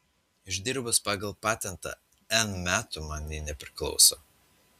išdirbus pagal patentą n metų man ji nepriklauso